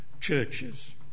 churches